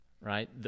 right